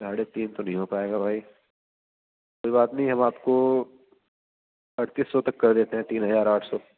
ساڑھے تین تو نہیں ہو پائے گا بھائی کوئی بات نہیں ہم آپ کو اڑتیس سو تک کر دیتے ہیں تین ہزار آٹھ سو